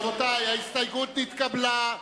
רבותי, ההסתייגות נתקבלה.